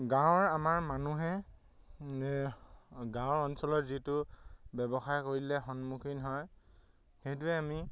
গাঁৱৰ আমাৰ মানুহে গাঁৱৰ অঞ্চলৰ যিটো ব্যৱসায় কৰিলে সন্মুখীন হয় সেইটোৱে আমি